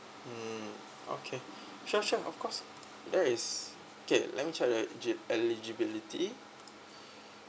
mm okay sure sure of course there is K let me check the eligi~ eligibility